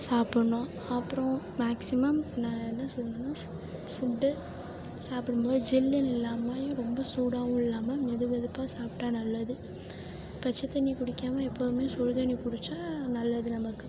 சாப்பிட்ணும் அப்புறம் மேக்ஸிமம் நான் என்ன சொல்கிறேனா ஃபுட்டு சாப்பிடும் போது ஜில்லுனு இல்லாமயும் ரொம்ப சூடாகவும் இல்லாமல் வெது வெதுப்பாக சாப்பிட்டா நல்லது பச்சைத்தண்ணி குடிக்காமல் எப்போதும் சுடு தண்ணி குடித்தா நல்லது நமக்கு